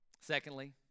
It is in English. Secondly